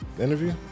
interview